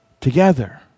together